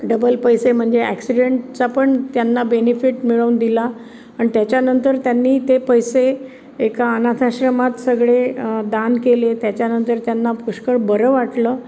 double पैसे म्हणजे ॲक्सिडेंटचा पण त्यांना बेनिफिट मिळवून दिला आणि त्याच्यानंतर त्यांनी ते पैसे एका अनाथाश्रमात सगळे दान केले त्याच्यानंतर त्यांना पुष्कळ बरं वाटलं